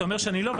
אתה אומר שאני לא,